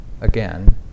again